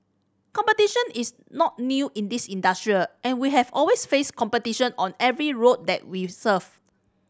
competition is not new in this industry and we have always faced competition on every route that we serve